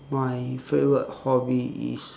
my favourite hobby is